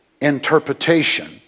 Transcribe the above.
interpretation